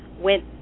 went